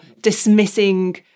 dismissing